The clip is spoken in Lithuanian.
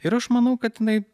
ir aš manau kad jinai